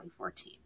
2014